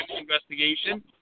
investigation